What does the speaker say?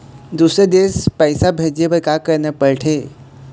दुसर देश पैसा भेजे बार का करना पड़ते?